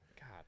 God